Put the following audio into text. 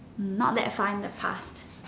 mm not that fine in the past